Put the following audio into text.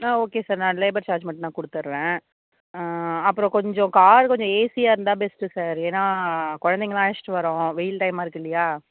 ஆ okay sir நான் labour charge மட்டும் நான் கொடுத்துட்றேன் அப்புறம் கொஞ்சம் கார் கொஞ்சம் ஏசியாக இருந்தா பெஸ்ட்டு சார் ஏன்னா குழந்தைங்ளாம் அழைஷ்ட்டு வரோம் வெயில் டைமாக இருக்கு இல்லையா